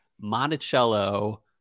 monticello